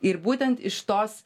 ir būtent iš tos